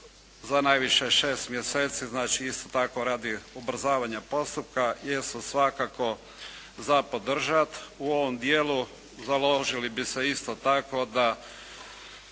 za najviše šest mjeseci znači isto tako radi ubrzavanja postupka jesu svakako za podržati. U ovom dijelu založili bi se isto tako se